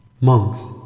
Monks